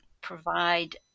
provide